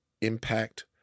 impact